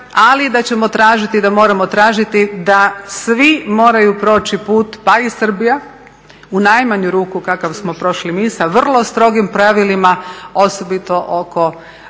ali da ćemo tražiti i da moramo tražiti da svi moraju proći put, pa i Srbija, u najmanju ruku kakav smo prošli mi sa vrlo strogim pravilima, osobito oko